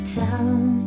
town